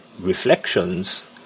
reflections